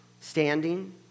Standing